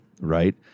right